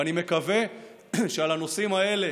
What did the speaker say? ואני מקווה שעל הנושאים האלה,